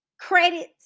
credits